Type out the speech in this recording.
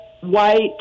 white